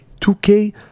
2K